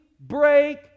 break